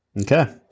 Okay